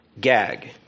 gag